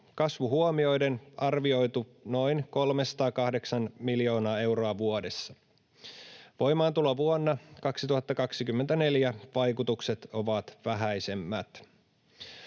kasvu huomioiden arvioitu noin 308 miljoonaa euroa vuodessa. Voimaantulovuonna 2024 vaikutukset ovat vähäisemmät.